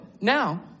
Now